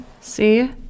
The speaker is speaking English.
See